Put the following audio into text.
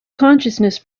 consciousness